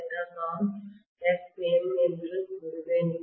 அதைத்தான் நான் Xmஎன்று கூறுவேன்